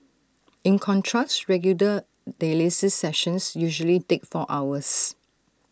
in contrast regular dialysis sessions usually take four hours